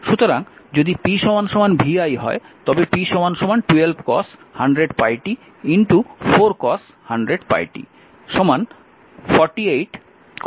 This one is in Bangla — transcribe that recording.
সুতরাং যদি p vi হয় তবে p 12 cos 100πt 4 cos 100πt 48 cos2 100πt